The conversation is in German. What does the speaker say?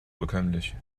bekömmlich